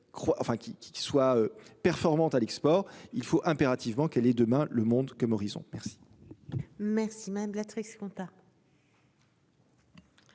qui soient performantes à l'export, il faut impérativement qu'elle est demain le monde que Morison merci. Merci